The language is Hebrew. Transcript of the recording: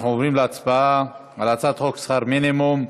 אנחנו עוברים להצבעה על הצעת חוק שכר מינימום.